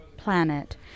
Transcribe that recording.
Planet